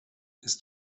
ist